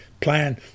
plan